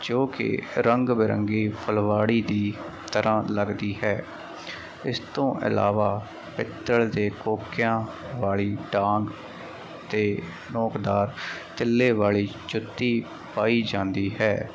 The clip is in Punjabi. ਜੋ ਕਿ ਰੰਗ ਬਿਰੰਗੀ ਫੁਲਵਾੜੀ ਦੀ ਤਰ੍ਹਾ ਲੱਗਦੀ ਹੈ ਇਸ ਤੋਂ ਇਲਾਵਾ ਪਿੱਤਲ ਦੇ ਕੋਕਿਆਂ ਵਾਲੀ ਡਾਂਗ ਤੇ ਨੋਕਦਾਰ ਤਿੱਲੇ ਵਾਲੀ ਜੁੱਤੀ ਪਾਈ ਜਾਂਦੀ ਹੈ